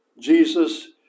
Jesus